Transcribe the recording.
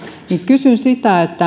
kysyn